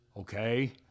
Okay